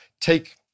take